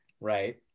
Right